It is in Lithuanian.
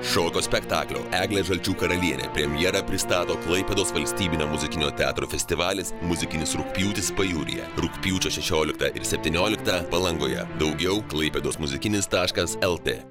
šokio spektaklio eglė žalčių karalienė premjerą pristato klaipėdos valstybinio muzikinio teatro festivalis muzikinis rugpjūtis pajūryje rugpjūčio šešioliktą ir septynioliktą palangoje daugiau klaipėdos muzikinis taškas lt